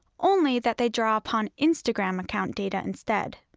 only that they draw upon instagram account data instead.